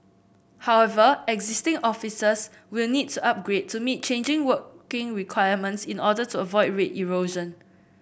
however existing offices will need to upgrade to meet changing working requirements in order to avoid rate erosion